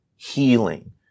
healing